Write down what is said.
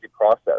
process